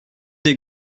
des